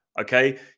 okay